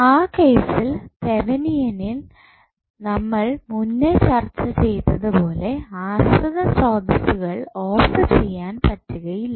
ആ കേസിൽ തെവനിയനിൽ നമ്മൾ മുന്നേ ചർച്ച ചെയ്തത് പോലെ ആശ്രിത ശ്രോതസ്സുകൾ ഓഫ് ചെയ്യാൻ പറ്റുകയില്ല